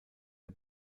der